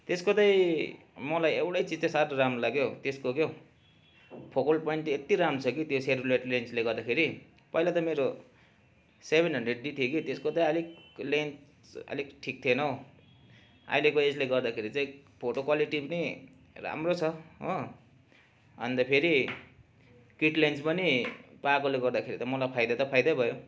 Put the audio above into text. त्यसको त्यही मलाई एउटा चिज चाहिँ साह्रै राम्रो लाग्यो त्यसको के हो फोकल पोइन्ट यति राम्रो छ कि त्यो सेरोलेट लेन्सले गर्दाखेरि पहिला त मेरो सेभेन हन्ड्रेड डी थियो कि त्यसको त्यही अलिक लेन्स अलिक ठिक थिएन हो अहिलेको यसले गर्दाखेरि चाहिँ फोटो क्वालिटी पनि राम्रो छ हो अन्त फेरि किट लेन्स पनि पाएकोले गर्दाखेरि त मलाई फाइदा त फाइदा भयो